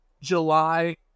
July